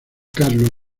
carlos